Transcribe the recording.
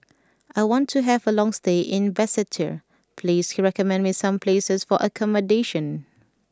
I want to have a long stay in Basseterre please recommend me some places for accommodation